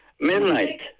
midnight